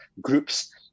groups